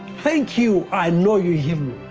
thank you, i know you healed